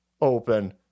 open